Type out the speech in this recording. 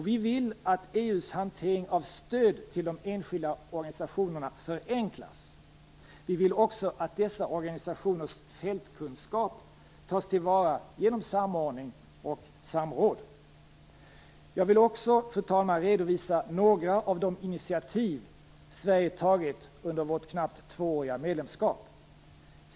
Vi vill att EU:s hantering av stöd till de enskilda organisationerna förenklas. Vi vill också att dessa organisationers fältkunskap tas till vara genom samordning och samråd. Jag vill också, fru talman, redovisa några av de initiativ som Sverige har tagit under vårt knappt tvååriga medlemskap.